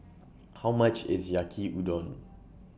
How much IS Yaki Udon